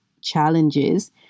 challenges